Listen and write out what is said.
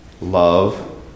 Love